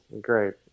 great